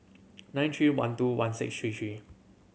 nine three one two one six three three